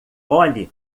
olhe